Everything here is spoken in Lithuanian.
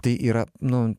tai yra nu